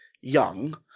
Young